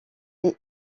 est